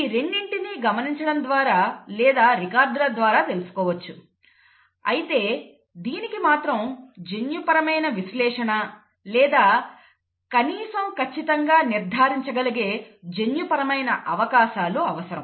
ఈ రెండింటిని గమనించడం ద్వారా లేదా రికార్డుల ద్వారా తెలుసుకోవచ్చు అయితే దీనికి మాత్రం జన్యుపరమైన విశ్లేషణ లేదా కనీసం కచ్చితంగా నిర్ధారించగలిగే జన్యుపరమైన అవకాశాలు అవసరం